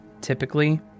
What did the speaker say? Typically